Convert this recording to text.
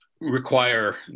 require